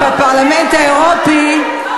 שבפרלמנט האירופי,